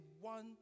one